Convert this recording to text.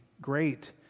great